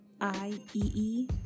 I-E-E